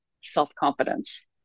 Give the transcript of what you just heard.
self-confidence